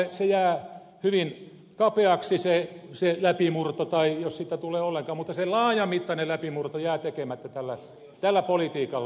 se jää hyvin kapeaksi se läpimurto jos sitä tulee ollenkaan mutta se laajamittainen läpimurto jää tekemättä tällä politiikalla